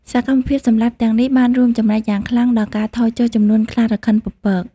សកម្មភាពសម្លាប់ទាំងនេះបានរួមចំណែកយ៉ាងខ្លាំងដល់ការថយចុះចំនួនខ្លារខិនពពក។